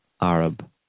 Arab